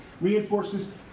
reinforces